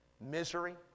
Misery